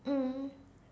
mm